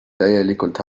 täielikult